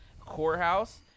courthouse